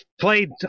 played